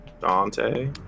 Dante